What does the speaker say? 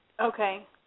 Okay